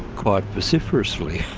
quite vociferously.